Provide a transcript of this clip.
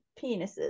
penises